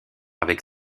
avec